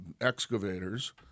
excavators